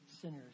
sinners